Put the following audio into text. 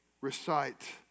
recite